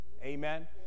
Amen